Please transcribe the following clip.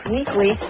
Weekly